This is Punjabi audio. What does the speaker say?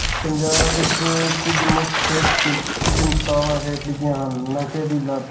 ਪੰਜਾਬ ਵਿੱਚ ਕੁਝ ਮੁੱਖ ਸਿਹਤ ਚਿੰਤ ਚਿੰਤਾਵਾਂ ਹੇਠ ਲਿਖੀਆਂ ਹਨ ਨਸ਼ੇ ਦੀ ਲੱਤ